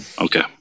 Okay